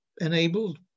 enabled